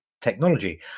technology